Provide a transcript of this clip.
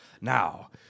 now